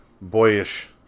boyish